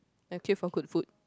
I queue for good food